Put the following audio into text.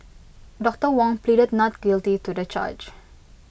doctor Wong pleaded not guilty to the charge